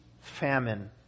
famine